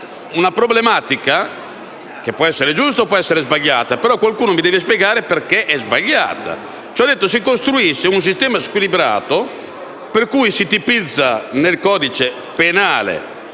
una problematica che può essere giusta o sbagliata, ma qualcuno mi dovrebbe spiegare perché è sbagliata. Si costruisce un sistema squilibrato per cui si tipizza nel codice penale